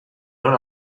non